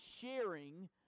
sharing